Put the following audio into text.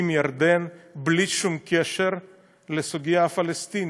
עם ירדן, בלי שום קשר לסוגיה הפלסטינית.